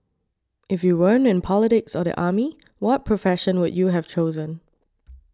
if you weren't in politics or the army what profession would you have chosen